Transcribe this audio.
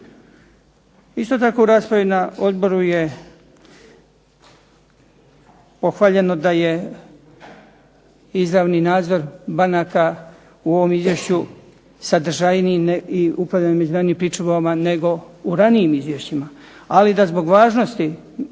Isto tako u raspravi na odboru je pohvaljeno da je izravni nadzor banaka u ovom izvješću sadržajniji i upravljanje …/Govornik se ne razumije./… pričuvama nego u ranijim izvješćima, ali da zbog važnosti